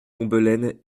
combelaine